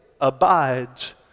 abides